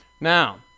Now